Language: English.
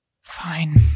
Fine